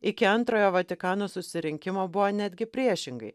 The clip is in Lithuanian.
iki antrojo vatikano susirinkimo buvo netgi priešingai